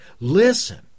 Listen